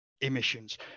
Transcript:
emissions